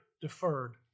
deferred